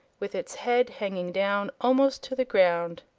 with its head hanging down almost to the ground.